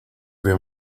been